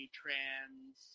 trans